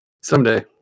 Someday